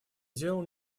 дел